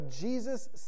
Jesus